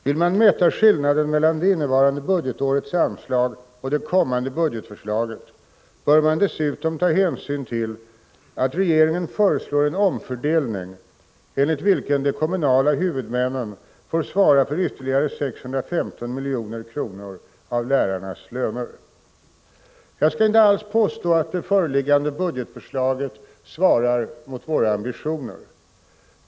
Vill man mäta skillnaden mellan det innevarande budgetårets anslag och det kommande budgetförslaget bör man dessutom ta hänsyn till att regeringen föreslår en omfördelning enligt vilken de kommunala huvudmännen får svara för ytterligare 615 milj.kr. av lärarnas löner. Jag skall inte alls påstå att det föreliggande budgetförslaget svarar mot våra ambitioner.